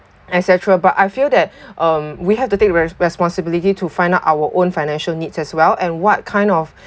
et cetera but I feel that um we have to take re~ responsibility to find out our own financial needs as well and what kind of